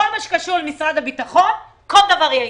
כל מה שקשור למשרד הביטחון, כל דבר יתעכב.